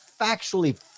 factually-